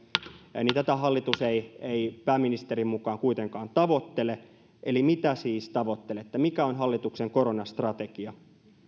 hallitus ei ei pääministerin mukaan kuitenkaan tavoittele eli mitä siis tavoittelette mikä on hallituksen koronastrategia